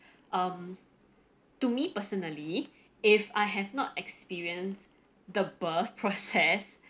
um to me personally if I have not experienced the birth process